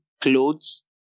clothes